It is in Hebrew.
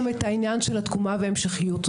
העניין של התקומה והמשכיות.